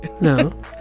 No